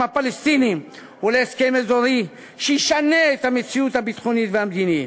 הפלסטינים ולהסכם אזורי שישנה את המציאות הביטחונית והמדינית.